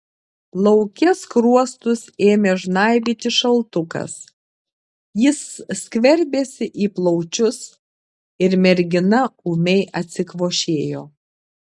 lauke skruostus ėmė žnaibyti šaltukas jis skverbėsi į plaučius ir mergina ūmiai atsikvošėjo